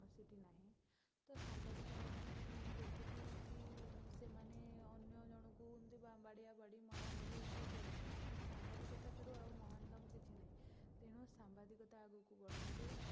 କୌଣସିଟି ନାହିଁ ତ ସାମ୍ବାଦିକ ମାନେ ଦେଖୁଛି କି ସେମାନେ ଅନ୍ୟ ଜଣକୁ ଏମିତି ବା ବାଡ଼ିଆବାଡ଼ି ମରାମରି ଏମତି ସବୁ କରୁଛନ୍ତି କିନ୍ତୁ ସାମ୍ବାଦିକତା ଠାରୁ ଆଉ ମହାନ କାମ କିଛି ନାହିଁ ତେଣୁ ସାମ୍ବାଦିକତା ଆଗକୁ ବଢ଼ାନ୍ତୁ